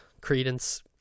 Credence